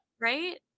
right